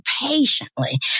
patiently